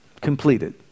completed